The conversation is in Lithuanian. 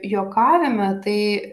juokavime tai